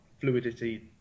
fluidity